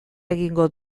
egingo